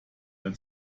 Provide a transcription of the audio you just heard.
der